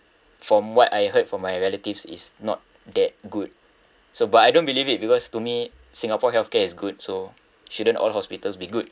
from what I heard from my relatives is not that good so but I don't believe it because to me singapore healthcare is good so shouldn't all hospitals be good